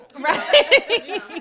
right